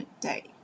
day